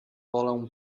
wolę